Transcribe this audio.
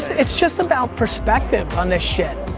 it's just about perspective on this shit.